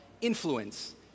influence